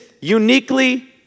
uniquely